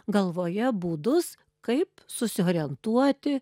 galvoje būdus kaip susiorientuoti